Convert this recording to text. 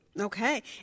Okay